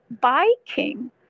biking